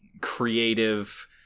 creative